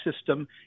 system